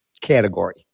category